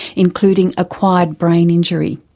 including acquired brain injury.